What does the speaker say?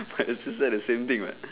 but is still the same thing [what]